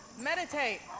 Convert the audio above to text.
Meditate